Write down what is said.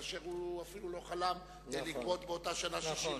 כאשר הוא אפילו לא חלם לגבות באותה שנה 60 מיליארד.